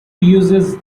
uses